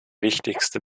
wichtigste